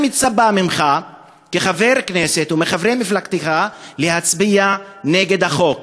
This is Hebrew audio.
אני מצפה ממך כחבר כנסת ומחברי מפלגתך להצביע נגד החוק.